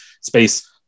space